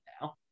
now